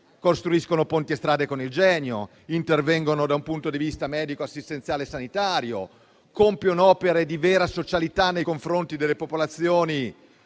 costruiscono ponti e strade con il Genio; intervengono da un punto di vista medico, assistenziale e sanitario; compiono opere di vera socialità nei confronti delle popolazioni